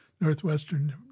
northwestern